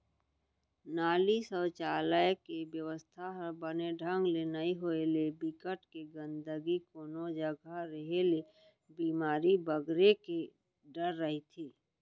नाली, सउचालक के बेवस्था ह बने ढंग ले नइ होय ले, बिकट के गंदगी कोनो जघा रेहे ले बेमारी बगरे के डर रहिथे